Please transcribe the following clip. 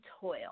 toil